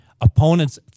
opponents